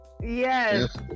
yes